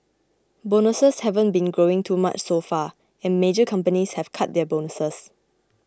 bonuses haven't been growing too much so far and major companies have cut their bonuses